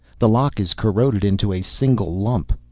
the lock is corroded into a single lump.